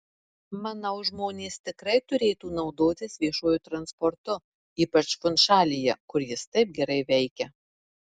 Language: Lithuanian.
manau žmonės tikrai turėtų naudotis viešuoju transportu ypač funšalyje kur jis taip gerai veikia